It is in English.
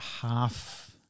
half